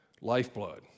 Lifeblood